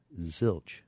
zilch